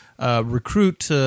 recruit